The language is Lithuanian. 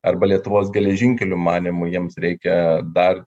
arba lietuvos geležinkelių manymu jiems reikia dar